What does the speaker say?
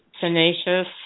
tenacious